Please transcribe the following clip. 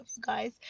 guys